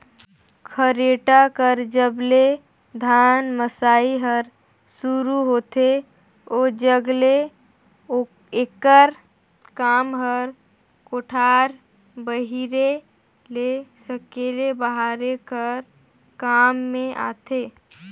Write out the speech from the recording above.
खरेटा कर जब ले धान मसई हर सुरू होथे ओजग ले एकर काम हर कोठार बाहिरे ले सकेले बहारे कर काम मे आथे